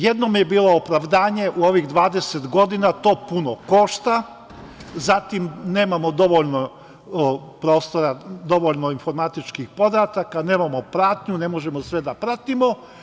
Jednom je bilo opravdanje u ovih 20 godina – to puno košta, zatim, nemamo dovoljno informatičkih podataka, nemamo pratnju, ne možemo sve da pratimo.